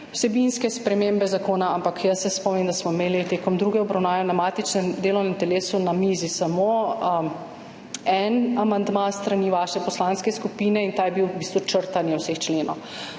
vsebinske spremembe zakona, ampak jaz se spomnim, da smo imeli med drugo obravnavo na matičnem delovnem telesu na mizi samo en amandma s strani vaše poslanske skupine in ta je bil v bistvu črtanje vseh členov,